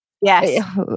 Yes